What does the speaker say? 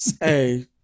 Hey